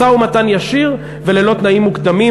משא-ומתן ישיר וללא תנאים מוקדמים.